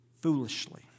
foolishly